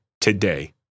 today